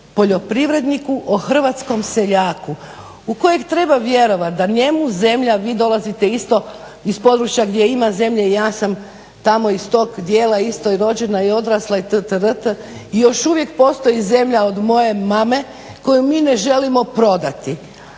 poljoprivredniku, o hrvatskom seljaku u kojeg treba vjerovati da njemu zemlja, vi dolazite isto iz područja gdje ima zemlje i ja sam tamo iz tog dijela isto i rođena i odrasla i još uvijek postoji zemlja od moje mame koju mi ne želimo prodati.